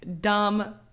dumb